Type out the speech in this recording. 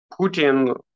Putin